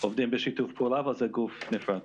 עובדים בשיתוף פעולה אבל זה גוף נפרד.